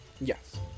Yes